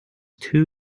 two